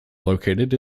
located